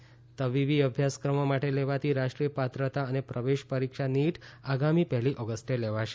NEET પરીક્ષા તબીબી અભ્યાસક્રમો માટે લેવાતી રાષ્ટ્રીય પાત્રતા અને પ્રવેશ પરીક્ષા નીટ આગામી પહેલી ઓગસ્ટે લેવાશે